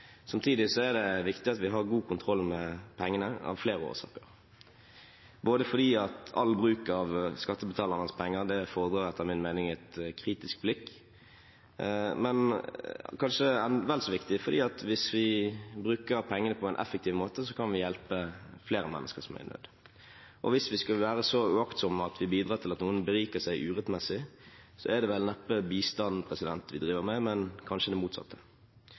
Samtidig er det viktig at vi har god kontroll med pengene, av flere årsaker – både fordi all bruk av skattebetalernes penger fordrer, etter min mening, et kritisk blikk, og, kanskje vel så viktig, fordi vi, hvis vi bruker pengene på en effektiv måte, kan hjelpe flere mennesker som er i nød. Og hvis vi skulle være så uaktsomme at vi bidrar til at noen beriker seg urettmessig, er det vel neppe bistand vi driver med, men kanskje det motsatte.